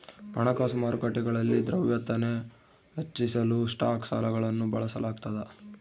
ಹಣಕಾಸು ಮಾರುಕಟ್ಟೆಗಳಲ್ಲಿ ದ್ರವ್ಯತೆನ ಹೆಚ್ಚಿಸಲು ಸ್ಟಾಕ್ ಸಾಲಗಳನ್ನು ಬಳಸಲಾಗ್ತದ